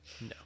no